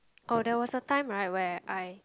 oh there was a time right where I